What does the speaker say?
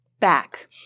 Back